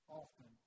often